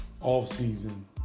off-season